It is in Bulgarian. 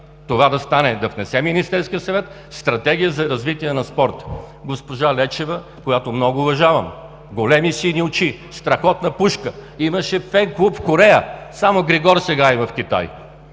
това да стане – да внесе Министерският съвет Стратегия за развитие на спорта. Госпожа Лечева, която много уважавам, големи сини очи, страхотна пушка, имаше фен-клуб в Корея, само Григор сега и в Китай.